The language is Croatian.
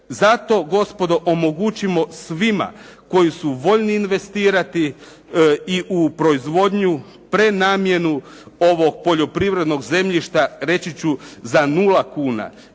Zato gospodo omogućimo svima koji su voljni investirati i u proizvodnju, prenamjenu ovog poljoprivrednog zemljišta reći ću za 0 kuna.